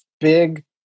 big